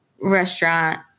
restaurant